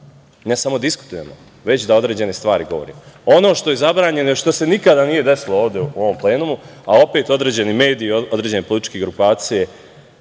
ne samo diskutujemo, već da određene stvari govorimo. Ono što je zabranjeno i što se nikada nije desilo ovde u ovom plenumu, a opet određeni mediji određenih političkih grupacija,